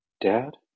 Dad